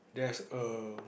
there's a